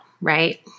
right